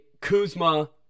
Kuzma